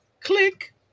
click